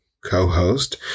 co-host